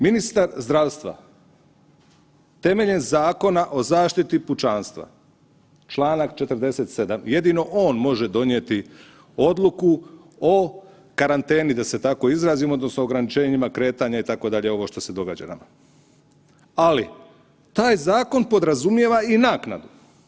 Ministar zdravstva temeljem Zakona o zaštiti pučanstva čl. 47. jedino on može donijeti odluku o karanteni da se tako izrazim odnosno o ograničenjima kretanja itd. ovo što se događa nama, ali taj zakon podrazumijeva i naknadu.